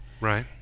Right